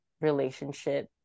relationship